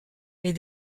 les